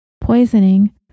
Poisoning